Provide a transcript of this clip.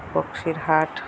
বক্সির হাট